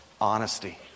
honesty